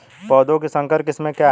पौधों की संकर किस्में क्या हैं?